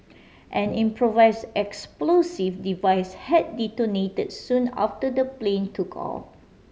an improvise explosive device had detonated soon after the plane took off